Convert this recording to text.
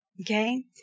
Okay